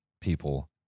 people